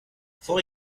for